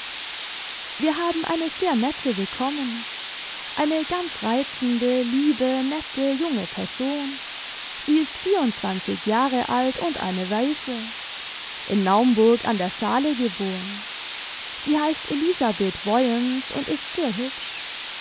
wir haben eine sehr nette bekommen eine ganz reizende liebe nette junge person sie ist vierundzwanzig jahre alt und eine waise in naumburg an der saale geboren sie heißt elisabeth woyens und ist sehr hübsch